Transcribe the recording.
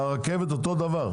הרכבת אותו דבר.